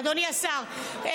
אדוני השר,